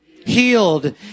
healed